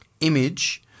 image